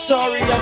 Sorry